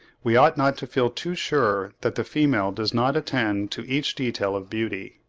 we ought not to feel too sure that the female does not attend to each detail of beauty.